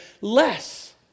less